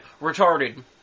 retarded